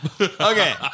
Okay